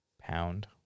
Pound